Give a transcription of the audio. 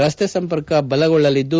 ರಸ್ತೆ ಸಂಪರ್ಕ ಬಲಗೊಳ್ಳಲಿದ್ದು